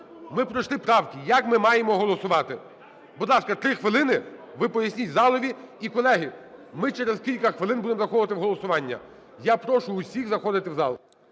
ми пройшли правки, як ми маємо голосувати? Будь ласка, 3 хвилини, ви поясніть залові. І, колеги, ми через кілька хвилин будемо заходити в голосування. Я прошу всіх заходити в зал.